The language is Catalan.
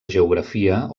geografia